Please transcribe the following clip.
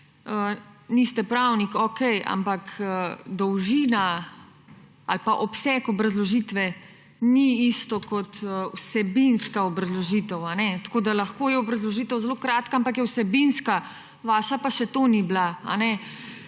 Niste pravnik, okej, ampak dolžina ali pa obseg obrazložitve ni isto kot vsebinska obrazložitev. Lahko je obrazložitev zelo kratka, ampak je vsebinska. Vaša pa še to ni bila.